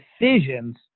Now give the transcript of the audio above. decisions